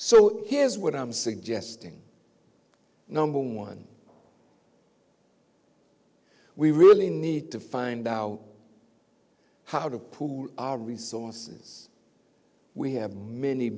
so here's what i'm suggesting number one we really need to find out how to pool our resources we have many